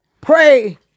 Pray